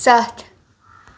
ستھ